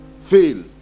fail